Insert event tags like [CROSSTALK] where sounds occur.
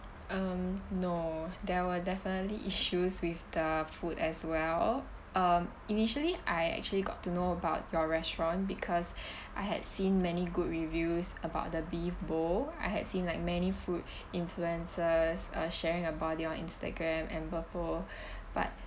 um no there were definitely issues with the food as well um initially I actually got to know about your restaurant because [BREATH] I had seen many good reviews about the beef bowl I had seen like many food [BREATH] influencers uh sharing about it on instagram and burpple [BREATH] but